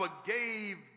forgave